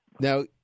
Now